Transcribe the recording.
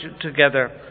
together